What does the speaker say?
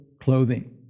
clothing